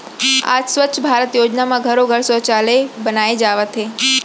आज स्वच्छ भारत योजना म घरो घर सउचालय बनाए जावत हे